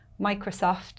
Microsoft